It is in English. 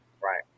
right